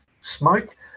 smoke